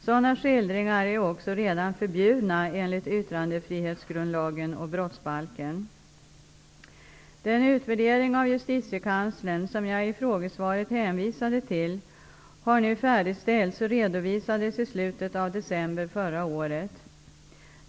Sådana skildringar är också redan förbjudna enligt yttrandefrihetsgrundlagen och brottsbalken. Den utvärdering av Justitiekanslern som jag i frågesvaret hänvisade till har nu färdigställts och redovisades i slutet av december förra året.